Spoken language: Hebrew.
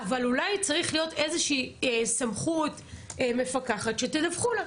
אבל אולי צריכה להיות איזה שהיא סמכות מפקחת שתדווחו לה.